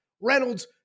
Reynolds